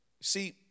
See